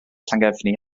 llangefni